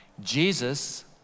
Jesus